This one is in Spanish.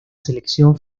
selección